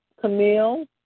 Camille